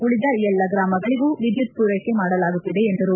ಉಳಿದ ಎಲ್ಲ ಗ್ರಾಮಗಳಿಗೂ ವಿದ್ಯುತ್ ಪೂರೈಕೆ ಮಾಡಲಾಗುತ್ತಿದೆ ಎಂದರು